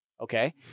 Okay